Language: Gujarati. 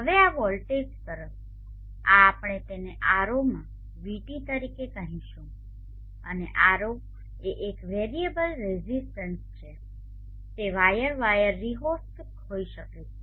હવે આ વોલ્ટેજ તરફ આ આપણે તેને R0માં VT તરીકે કહીશું અને R0 એ એક વેરિયેબલ રેઝિસ્ટન્સ છે તે વાયર વાયર રિહોસ્ટટ હોઈ શકે છે